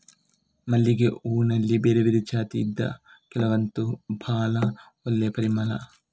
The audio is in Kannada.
ಮಲ್ಲಿಗೆ ಹೂನಲ್ಲಿ ಬೇರೆ ಬೇರೆ ಜಾತಿ ಇದ್ದು ಕೆಲವಂತೂ ಭಾಳ ಒಳ್ಳೆ ಪರಿಮಳ